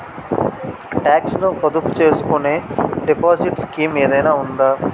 Talks ను పొదుపు చేసుకునే డిపాజిట్ స్కీం ఏదైనా ఉందా?